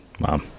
Wow